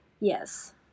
Yes